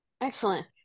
Excellent